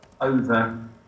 over